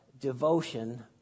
devotion